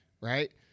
right